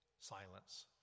silence